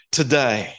today